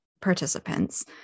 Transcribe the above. participants